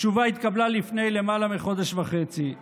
התשובה התקבלה לפני למעלה מחודש וחצי.